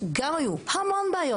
גם היו כל מיני בעיות.